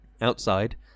Outside